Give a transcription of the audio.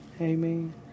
Amen